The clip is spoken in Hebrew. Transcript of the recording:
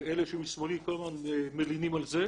ואלה שמשמאלי כל הזמן מלינים על זה,